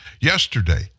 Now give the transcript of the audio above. Yesterday